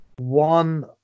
One